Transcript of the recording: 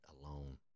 alone